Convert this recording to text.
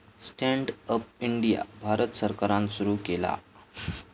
stand up India Bharat सरकारान सुरू केला